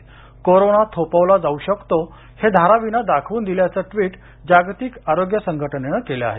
corona थोपवला जाऊ शकतो हे धारावीने दाखवून दिल्याचं ट्विट जागतिक आरोग्य संघटनेनं केलं आहे